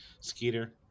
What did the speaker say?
Skeeter